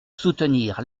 soutenir